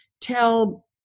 tell